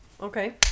Okay